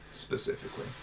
specifically